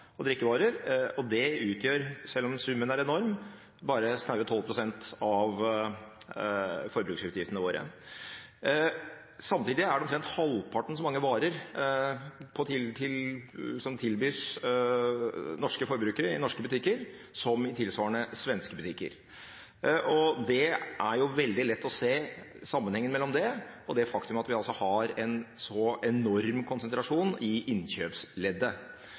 drikkevarer. Det utgjør, selv om summen er enorm, bare snaue 12 pst. av forbruksutgiftene våre. Samtidig er det omtrent halvparten så mange varer som tilbys norske forbrukere i norske butikker som i tilsvarende svenske butikker. Det er veldig lett å se sammenhengen mellom det og det faktum at vi altså har en så enorm konsentrasjon i innkjøpsleddet.